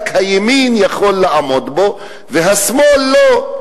רק הימין יכול לעמוד בו והשמאל לא.